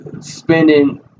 spending